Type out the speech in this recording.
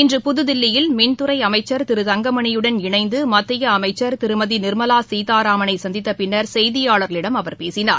இன்று புதுதில்லியில் மின்துறை அமைச்சர் திரு தங்கமணியுடன் இணைந்து மத்திய அமைச்சர் திருமதி நிர்மலா சீதாராமனை சந்தித்த பின்னர் செய்தியாளர்களிடம் அவர் பேசினார்